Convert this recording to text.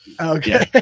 Okay